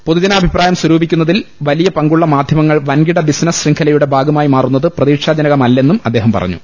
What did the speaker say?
പൊതുജനാഭിപ്രായം സ്വരൂപിക്കുന്നതിൽ വലിയ പങ്കുള്ള മാധ്യമങ്ങൾ വൻകിട ബിസിനസ് ശൃംഖലയുടെ ഭാഗമായി മാറു ന്നത് പ്രതീക്ഷാജനകമല്ലെന്നും അദ്ദേഹം പറഞ്ഞു